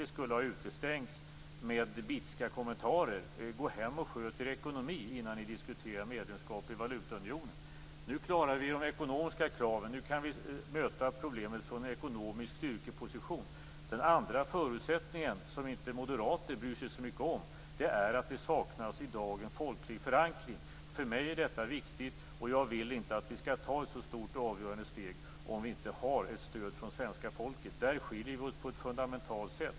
Vi skulle ha utestängts med bitska kommentarer: Gå hem och sköt er ekonomi innan ni diskuterar medlemskap i valutaunionen. Nu klarar vi de ekonomiska kraven. Nu kan vi möta problemen från en ekonomisk styrkeposition. Den andra förutsättningen, som moderater inte bryr sig så mycket om, är att det i dag saknas en folklig förankring. För mig är detta viktigt. Jag vill inte att vi skall ta ett så stort och avgörande steg om vi inte har stöd från svenska folket. Där skiljer vi oss på ett fundamentalt sätt.